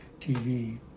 TV